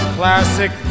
classic